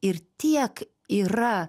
ir tiek yra